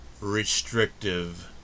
restrictive